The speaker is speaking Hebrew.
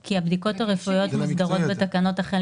כי הבדיקות הרפואיות מוסדרות בתקנות החל